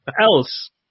Else